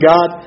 God